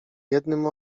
jednym